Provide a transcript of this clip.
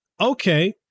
okay